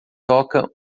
toca